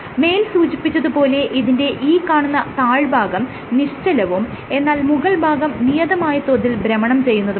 മേൽ സൂചിപ്പിച്ചത് പോലെ ഇതിന്റെ ഈ കാണുന്ന താഴ്ഭാഗം നിശ്ചലവും എന്നാൽ മുകൾ ഭാഗം നിയതമായ തോതിൽ ഭ്രമണം ചെയ്യുന്നതുമാണ്